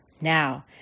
Now